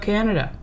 Canada